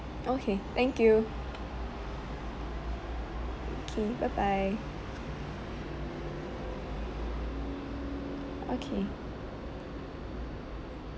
okay thank you okay bye bye okay